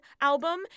album